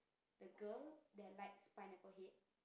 the girl that likes Pineapple Head